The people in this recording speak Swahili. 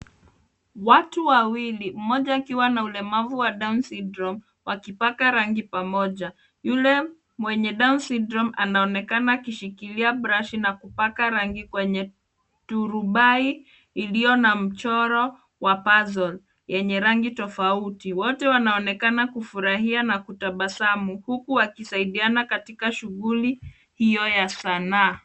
Watu wawili mmoja akiwa na ulemavu wa down syndrome wakipaka rangi pamoja. Yule mwenye down syndrome anaonekana akishikilia brashi na kupaka rangi kwenye turubai iliyo na mchoro wa puzzle yenye rangi tofauti. Wote wanaonekana kufurahia na kutabasamu huku wakisaidiana katika shughuli hiyo ya sanaa.